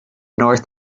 north